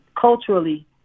culturally